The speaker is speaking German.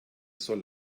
soll